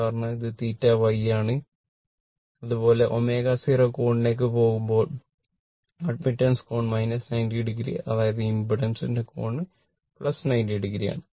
കാരണം ഇത് θY ആണ് അതുപോലെ ω 0 കോണിലേക്ക് പോകുമ്പോൾ അഡ്മിറ്റൻസ് കോൺ 90o അതായത് ഇംപെഡൻസിന്റെ കോൺ 90o ആണ്